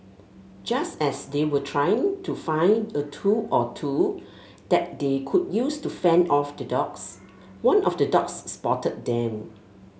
just as they were trying to find a tool or two that they could use to fend off the dogs one of the dogs spotted them